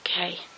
okay